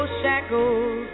shackles